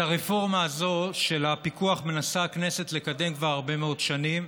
הרפורמה הזאת של הפיקוח מנסה הכנסת לקדם כבר הרבה מאוד שנים.